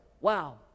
Wow